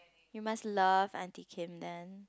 you must love aunty Kim then